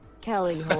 Kelly